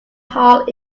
hole